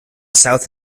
south